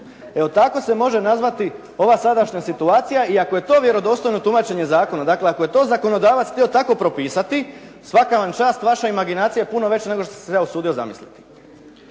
Evo, tako se može nazvati ova sadašnja situacija i ako je to vjerodostojno tumačenje zakona, dakle ako je to zakonodavac htio tako propisati, svaka vam čast, vaša imaginacija je puno veća nego što sam se ja usudio zamisliti.